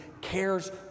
cares